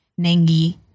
Nengi